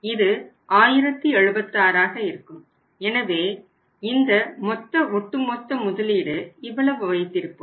இது 1076 ஆக இருக்கும் எனவே இந்த மொத்த ஒட்டு மொத்த முதலீடு இவ்வளவு வைத்திருப்போம்